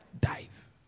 Dive